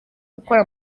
gukora